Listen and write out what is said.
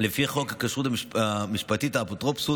לפי חוק הכשרות המשפטית והאפוטרופסות.